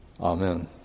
Amen